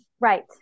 Right